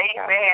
Amen